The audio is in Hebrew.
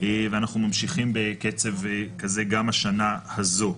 ואנחנו ממשיכים בקצב כזה גם השנה הזו.